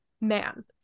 man